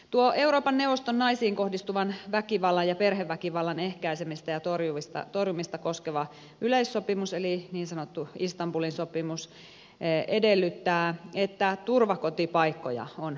tuo euroopan neuvoston naisiin kohdistuvan väkivallan ja perheväkivallan ehkäisemistä ja torjumista koskeva yleissopimus eli niin sanottu istanbulin sopimus edellyttää että turvakotipaikkoja on riittävästi